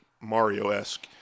Mario-esque